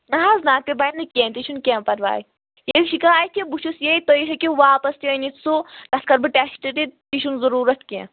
نہ حظ نہ تہِ بَنہِ نہٕ کیٚنٛہہ تہِ چھُنہٕ کیٚنٛہہ پَرواے ییٚلہِ شِکایت کہِ بہٕ چھُس ییٚتہِ تُہۍ ہیٚکِو واپَس تہِ أنِتھ سُہ تَتھ کَرٕ بہٕ ٹیٚسٹ تہِ تہِ چھُنہٕ ضروٗرتھ کیٚنٛہہ